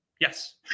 Yes